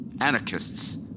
anarchists